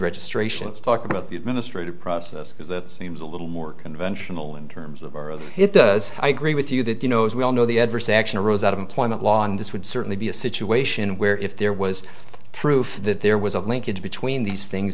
registration to talk about the administrative process because he was a little more conventional in terms of it does i agree with you that you know as we all know the adversary action arose out of employment law and this would certainly be a situation where if there was proof that there was a linkage between these things